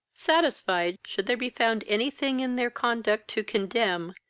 satisfied, should there be found any thing in their conduct to condemn,